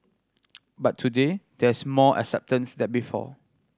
but today there's more acceptance than before